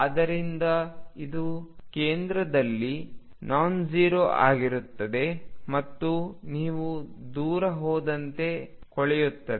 ಆದ್ದರಿಂದ ಇದು ಕೇಂದ್ರದಲ್ಲಿ ನಾನ್ಜೆರೋ ಆಗಿರುತ್ತದೆ ಮತ್ತು ನೀವು ದೂರ ಹೋದಂತೆ ಕೊಳೆಯುತ್ತದೆ